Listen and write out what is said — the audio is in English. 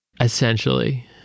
Essentially